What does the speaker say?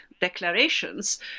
declarations